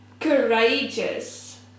Courageous